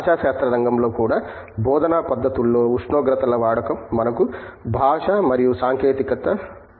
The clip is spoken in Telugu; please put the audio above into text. భాషాశాస్త్ర రంగంలో కూడా బోధనా పద్ధతుల్లో ఉష్ణోగ్రతల వాడకం మనకు భాష మరియు సాంకేతికత ఉంది